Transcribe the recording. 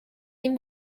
این